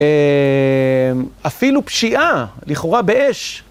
אפילו פשיעה, לכאורה באש,